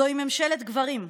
זוהי ממשלת גברים.